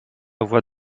voie